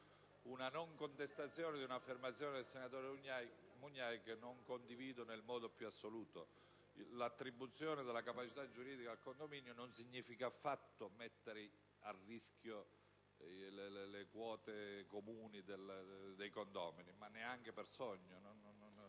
la contestazione di un'affermazione del senatore Mugnai, che non condivido nel modo più assoluto. L'attribuzione della capacità giuridica al condominio non significa affatto mettere a rischio le quote comuni dei condomini: neanche per sogno.